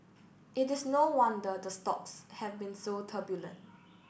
it is no wonder the stocks have been so turbulent